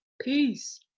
peace